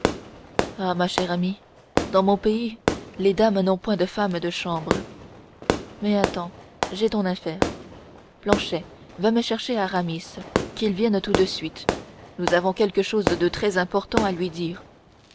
ah ma chère amie dans mon pays les dames n'ont point de femmes de chambre mais attends j'ai ton affaire planchet va me chercher aramis qu'il vienne tout de suite nous avons quelque chose de très important à lui dire